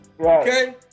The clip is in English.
Okay